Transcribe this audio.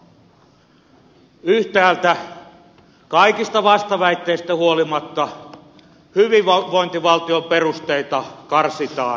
yhtäältä kaikista vastaväitteistä huolimatta hyvinvointivaltion perusteita karsitaan